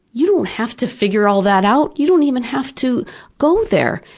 you don't have to figure all that out you don't even have to go there.